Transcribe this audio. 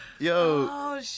Yo